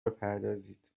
بپردازید